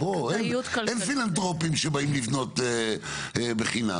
אין פילנטרופים שבאים לבנות בחינם.